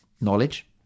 knowledge